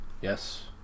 Yes